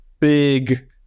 big